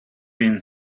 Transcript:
been